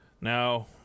Now